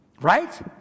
Right